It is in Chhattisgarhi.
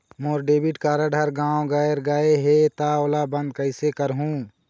मोर डेबिट कारड हर गंवा गैर गए हे त ओला बंद कइसे करहूं?